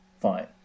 Fine